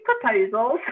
proposals